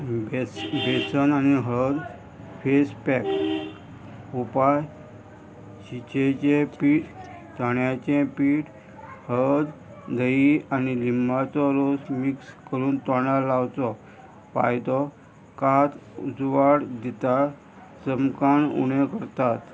बेसन आनी हळद face pack उपाय चिचें पीठ ताण्याचें पीठ हळद दही आनी लिंबाचो रोस मिक्स करून तोंडा लावचो पायतो कात उजवाड दिता चमकान उणें करतात